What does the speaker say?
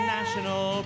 National